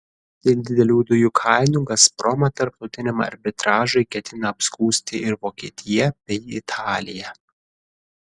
dėl didelių dujų kainų gazpromą tarptautiniam arbitražui ketina apskųsti ir vokietija bei italija